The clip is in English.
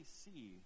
see